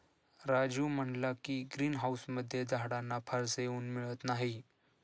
राजीव म्हणाला की, ग्रीन हाउसमुळे झाडांना फारसे ऊन मिळत नाही